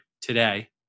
today